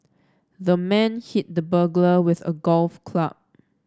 the man hit the burglar with a golf club